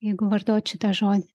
jeigu vartot šitą žodį